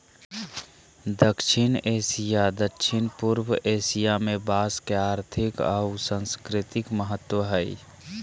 दक्षिण एशिया, दक्षिण पूर्व एशिया में बांस के आर्थिक आऊ सांस्कृतिक महत्व हइ